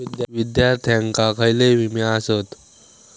विद्यार्थ्यांका खयले विमे आसत?